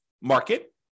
market